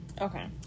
Okay